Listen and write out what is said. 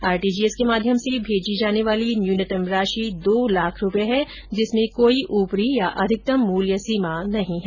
RTGS के माध्यम से मेजी जाने वाली न्यूनतम राशि दो लाख रुपये है जिसमें कोई ऊपरी या अधिकतम मूल्य सीमा नहीं है